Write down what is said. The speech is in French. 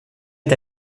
est